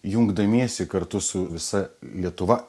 jungdamiesi kartu su visa lietuva